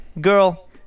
Girl